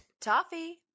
Toffee